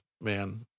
man